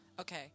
Okay